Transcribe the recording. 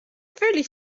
völlig